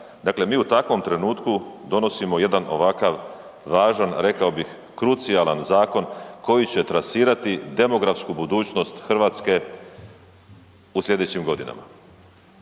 dakle mi u takvom trenutku donosimo jedan ovakav važan, rekao bih, krucijalan zakon koji će trasirati demografsku budućnost Hrvatske u sljedećim godinama.